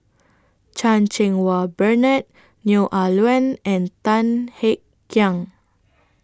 Chan Cheng Wah Bernard Neo Ah Luan and Tan Kek Hiang